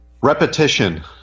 Repetition